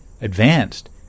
advanced